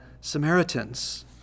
Samaritans